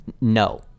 No